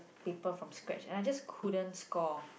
paper from scratch and I just couldn't score